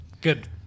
Good